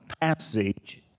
passage